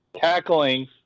cackling